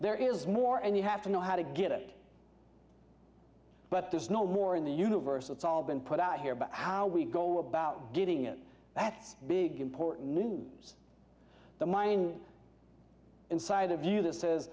there is more and you have to know how to get it but there's no more in the universe that's all been put out here about how we go about getting it that's big important new the mind inside of you that says